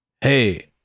Hey